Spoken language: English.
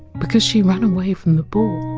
because she ran away from the ball!